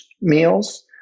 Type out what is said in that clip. meals